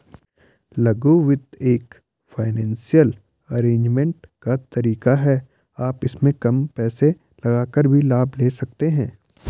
लघु वित्त एक फाइनेंसियल अरेजमेंट का तरीका है आप इसमें कम पैसे लगाकर भी लाभ ले सकते हैं